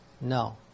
no